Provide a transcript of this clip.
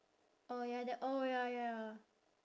orh ya that oh ya ya